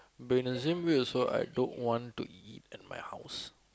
but in the same also I don't want to eat at my house